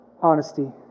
Honesty